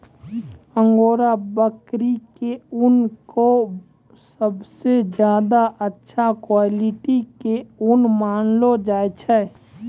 angora बकरी के ऊन कॅ सबसॅ ज्यादा अच्छा क्वालिटी के ऊन मानलो जाय छै